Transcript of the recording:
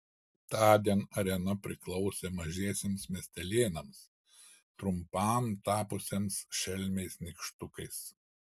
tądien arena priklausė mažiesiems miestelėnams trumpam tapusiems šelmiais nykštukais